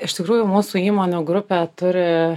iš tikrųjų mūsų įmonių grupė turi